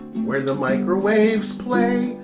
where the microwaves play,